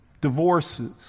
Divorces